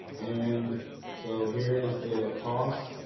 and so here's the cost.